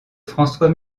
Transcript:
françois